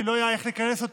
כי לא היה איך לכנס אותה,